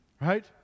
right